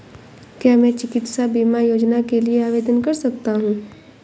क्या मैं चिकित्सा बीमा योजना के लिए आवेदन कर सकता हूँ?